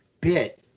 bit